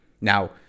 Now